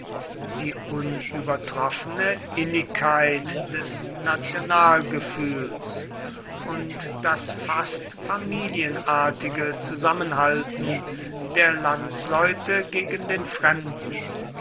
die unübertroffene innigkeit des nationalgefühls und das fast familienartige zusammenhalten der landsleute gegen den fremden